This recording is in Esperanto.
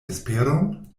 esperon